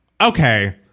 Okay